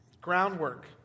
groundwork